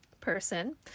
person